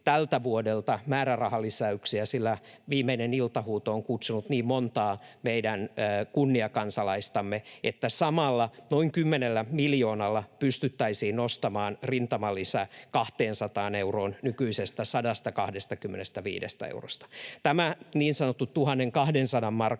tältä vuodelta määrärahalisäyksiä. Viimeinen iltahuuto on kutsunut niin montaa meidän kunniakansalaistamme, että samalla noin 10 miljoonalla pystyttäisiin nostamaan rintamalisä nykyisestä 125 eurosta 200 euroon. Tämä niin sanottu 1 200 markan